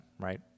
right